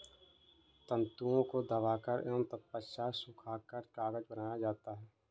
तन्तुओं को दबाकर एवं तत्पश्चात सुखाकर कागज बनाया जाता है